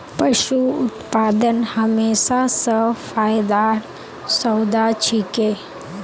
पशू उत्पादन हमेशा स फायदार सौदा छिके